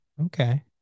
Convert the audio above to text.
Okay